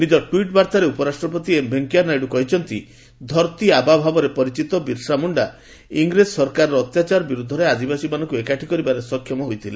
ନିଜ ଟ୍ୱିଟ୍ ବାର୍ଭାରେ ଉପରାଷ୍ଟ୍ରପତି ଏମ୍ ଭେଙ୍କିୟା ନାଇଡୁ କହିଛନ୍ତି ଧର୍ତୀ ଆବା ଭାବରେ ପରିଚିତ ବିର୍ସା ମୁଣ୍ଡା ଇଂରେଜ ସରକାରର ଅତ୍ୟାଚାର ବିରୋଧରେ ଆଦିବାସୀମାନଙ୍କୁ ଏକାଠି କରିବାରେ ସକ୍ଷମ ହୋଇଥିଲେ